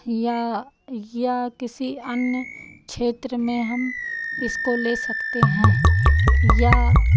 या या किसी अन्य क्षेत्र में हम इसको ले सकते हैं या